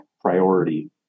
priority